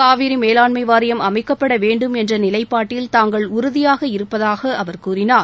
காவிரி மேலாண்மை வாரியம் அமைக்கப்பட வேண்டும் என்ற நிலைப்பாட்டில் தாங்கள் உறுதியாக இருப்பதாக அவர் கூறினார்